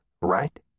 right